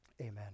Amen